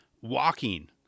walking